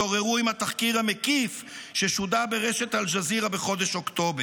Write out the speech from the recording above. התעוררו עם התחקיר המקיף ששודר ברשת אל ג'זירה בחודש אוקטובר.